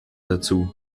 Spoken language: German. dazu